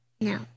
No